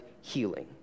healing